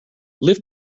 lift